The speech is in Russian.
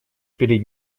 перед